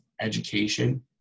education